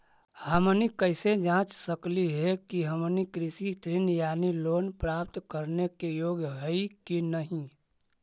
हमनी कैसे जांच सकली हे कि हमनी कृषि ऋण यानी लोन प्राप्त करने के योग्य हई कि नहीं?